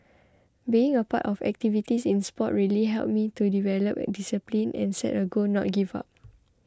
being a part of activities in sport really helped me to develop a discipline and set a goal not give up